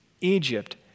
Egypt